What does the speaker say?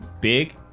big